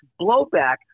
blowback